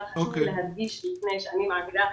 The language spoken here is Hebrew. לפני שאני מעבירה